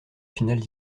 finales